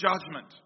judgment